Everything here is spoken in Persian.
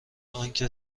آنکه